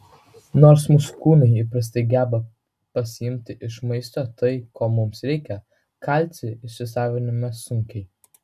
nors mūsų kūnai įprastai geba pasiimti iš maisto tai ko mums reikia kalcį įsisaviname sunkiai